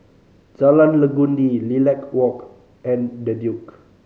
Jalan Legundi Lilac Walk and The Duke